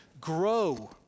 grow